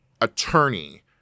attorney